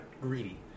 greedy